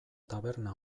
taberna